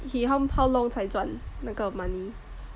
how how long 才赚那个 money